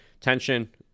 tension